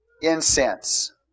Incense